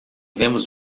vemos